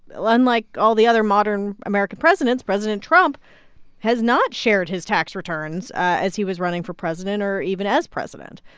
unlike all the other modern american presidents, president trump has not shared his tax returns as he was running for president or even as president.